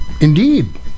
Indeed